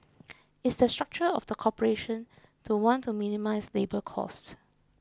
it's the structure of the corporation to want to minimise labour costs